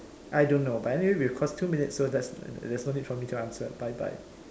I don't know but anyway we've crossed two minutes so that's there's no need for me to answer bye bye